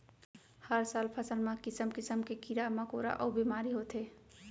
हर साल फसल म किसम किसम के कीरा मकोरा अउ बेमारी होथे